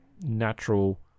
natural